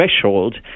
threshold